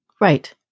Right